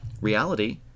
Reality